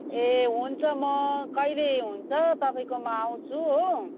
ए हुन्छ म कहिले हुन्छ तपाईँकोमा आउँछु हो